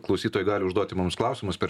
klausytojai gali užduoti mums klausimus per